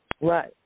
Right